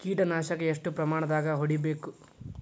ಕೇಟ ನಾಶಕ ಎಷ್ಟ ಪ್ರಮಾಣದಾಗ್ ಹೊಡಿಬೇಕ?